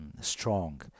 strong